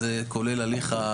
זה כולל התהליך,